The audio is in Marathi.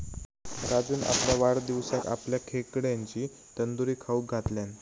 राजून आपल्या वाढदिवसाक आमका खेकड्यांची तंदूरी खाऊक घातल्यान